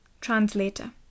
Translator